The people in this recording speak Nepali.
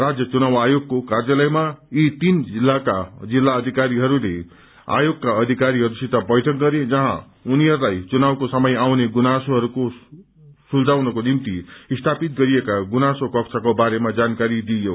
राज्य चुनाव आयोगको कार्यालयमा यी तीन जिल्लाका जिल्ला अधिकारीहरूले आयोगका अधिकारीहरूसित बैठक गरे जहाँ उनीहरूलाई चुनावको समय आउने गुनासोहरूको सुल्झाउनको निम्ति स्थापित गरिएका गुनासो कक्षको बारेमा जानकारी दिइयो